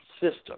system